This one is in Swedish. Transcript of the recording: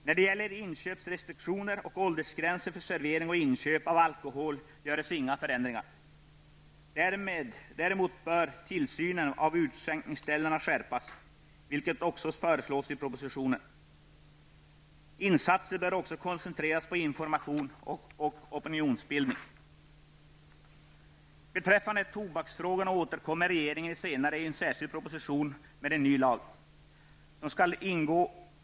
När det gäller inköpsrestriktioner och åldersgränser för servering och inköp av alkohol görs inga förändringar. Däremot bör tillsynen av utskänkningsställena skärpas, vilket också föreslås i propositionen. Insatser bör också koncentreras på information och opinionsbildning. Beträffande tobaksfrågor återkommer regeringen senare i en särskild proposition med en ny lag.